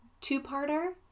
two-parter